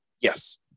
yes